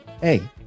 hey